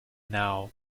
now